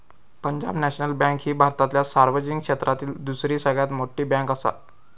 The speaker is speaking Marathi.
पंजाब नॅशनल बँक ही भारतातल्या सार्वजनिक क्षेत्रातली दुसरी सगळ्यात मोठी बँकआसा